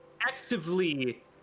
actively